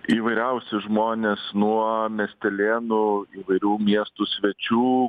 įvairiausi žmonės nuo miestelėnų įvairių miestų svečių